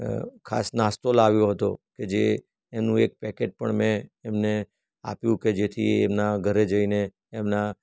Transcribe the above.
ખાસ નાસ્તો લાવ્યો હતો જે એનું એક પેકેટ પણ મેં એમને આપ્યું કે જેથી એમના ઘરે જઈને એમના